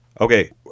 Okay